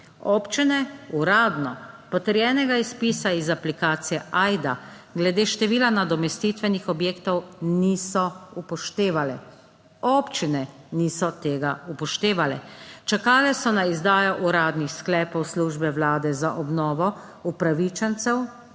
Občine uradno potrjenega izpisa iz aplikacije Ajda glede števila nadomestitvenih objektov niso upoštevale. Občine niso tega upoštevale. Čakale so na izdajo uradnih sklepov službe vlade za obnovo upravičencev